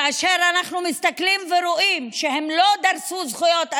כאשר אנחנו מסתכלים ורואים שהם לא דרסו זכויות אדם.